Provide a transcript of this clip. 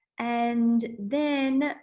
and then